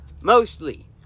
mostly